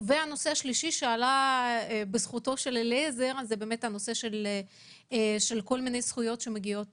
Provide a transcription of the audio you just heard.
הנושא השלישי שעלה בזכותו של אליעזר זה הנושא של זכויות שמגיעות